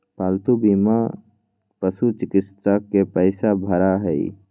पालतू बीमा पशुचिकित्सा के पैसा भरा हई